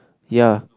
ya